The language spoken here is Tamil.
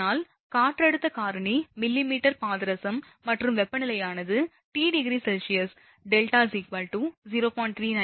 இதனால் காற்றழுத்தக் காரணி மில்லிமீட்டர் பாதரசம் மற்றும் வெப்பநிலையானது t டிகிரி செல்சியஸ் δ 0